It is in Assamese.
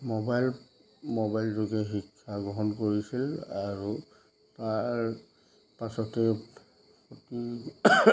মোবাইল মোবাইল যোগে শিক্ষা গ্ৰহণ কৰিছিল আৰু তাৰ পাছতেই এই